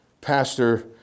pastor